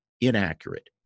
inaccurate